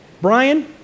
Brian